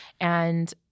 and-